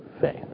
faith